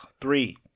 Three